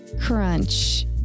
crunch